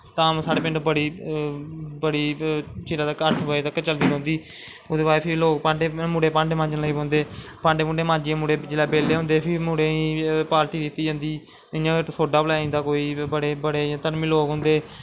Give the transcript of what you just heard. धाम साढ़े पिंड बड़ी चिर अट्ठ बज़े तक्कर चलदी रौंह्दी ओह्दे बाद फ्ही मुड़े भांडे मांजन लगी पौंदे भांडे भूडे माजियै फ्ही मुड़े जिसलै बेल्ले होंदे फ्ही मुड़ें गी पार्टी दिंती जंदी इयैां सोडा प्लैया जंदा जां कोई बड़े इयां धर्मी लोग होंदे